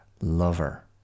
lover